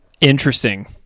Interesting